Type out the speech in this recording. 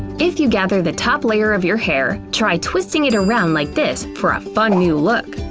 if you gather the top layer of your hair, try twisting it around like this for a fun new look.